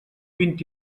vint